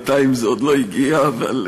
בינתיים זה עוד לא הגיע, אבל,